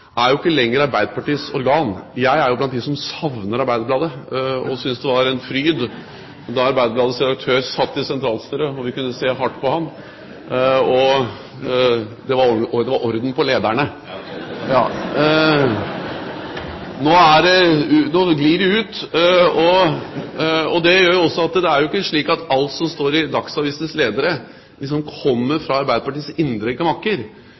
jo ikke lenger er Arbeiderpartiets organ. Jeg er blant dem som savner Arbeiderbladet, og som synes det var en fryd da Arbeiderbladets redaktør satt i sentralstyret og vi kunne se hardt på ham, og det var orden på lederne. Nå glir det ut, og det gjør at ikke alt som står i Dagsavisens ledere, kommer fra Arbeiderpartiets indre gemakker. Det hender at det står ting der som er upresist, og som i hvert fall jeg er uenig i.